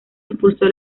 impulsó